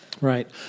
Right